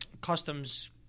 customs